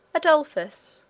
adolphus,